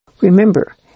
remember